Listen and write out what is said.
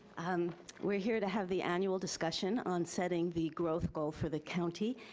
and we're here to have the annual discussion on setting the growth goal for the county,